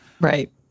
Right